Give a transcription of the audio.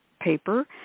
paper